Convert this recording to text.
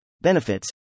benefits